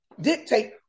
dictate